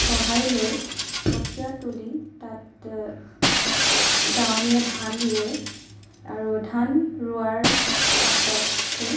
চহাই লৈ কঠীয়া তুলি তাত দাৱনীয়ে ধান ৰোৱে আৰু ধান ৰোৱাৰ পাছতে